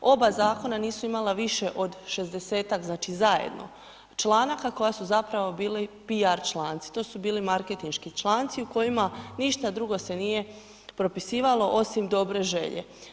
Oba zakona nisu imala više od 60-tak, znači zajedno članaka koja su zapravo bili PR članci, to su bili marketinški članici u kojima ništa drugo se nije propisivalo osim dobre želje.